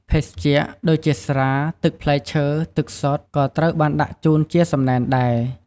ភេសជ្ជៈ ដូចជា ស្រា ទឹកផ្លែឈើ ទឹកសុទ្ធ ក៏ត្រូវបានដាក់ជូនជាសំណែនដែរ។